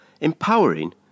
Empowering